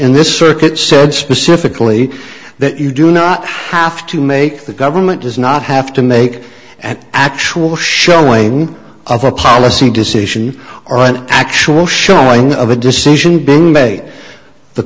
in this circuit said specifically that you do not have to make the government does not have to make an actual showing of a policy decision or an actual showing of a decision being made the